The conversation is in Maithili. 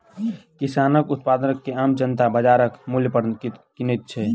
किसानक उत्पाद के आम जनता बाजारक मूल्य पर किनैत छै